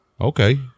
Okay